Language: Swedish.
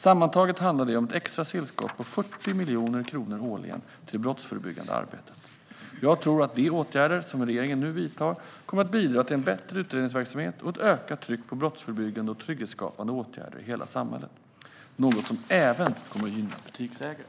Sammantaget handlar det om ett extra tillskott på 40 miljoner kronor årligen till det brottsförebyggande arbetet. Jag tror att de åtgärder som regeringen nu vidtar kommer att bidra till en bättre utredningsverksamhet och ett ökat tryck på brottsförebyggande och trygghetsskapande åtgärder i hela samhället, något som även kommer att gynna butiksägare.